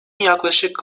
yaklaşık